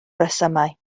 resymau